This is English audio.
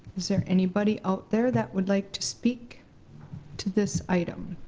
there anybody out there that would like to speak to this item?